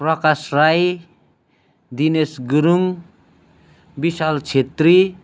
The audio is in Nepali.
प्रकाश राई दिनेश गुरुङ विशाल छेत्री